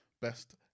best